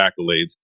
accolades